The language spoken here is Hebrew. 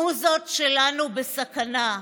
המוזות שלנו בסכנה,